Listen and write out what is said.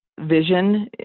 vision